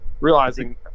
realizing